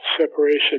separation